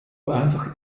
einfach